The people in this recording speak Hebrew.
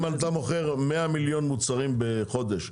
אבל אם אתה מוכר 100 מיליון מוצרים בחודש,